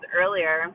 earlier